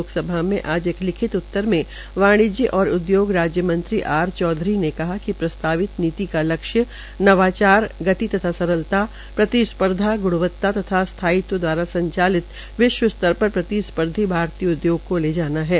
लोकसभा में आज एक लिखित उतर में वाणिज्य और उदयोग राज्य मंत्री आर चौधरी ने कहा कि प्रस्तावित नीति का लक्ष्य नवाचार गति तथा सरलता प्रतिस्पर्धा ग्ण्वता तथा स्थायीत्व द्वारा विश्व स्तर पर प्रतिस्पर्धी भारतीय उद्योग को ले जाना हे